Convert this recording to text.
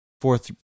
Fourth